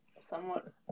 somewhat